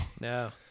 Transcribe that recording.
No